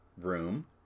Room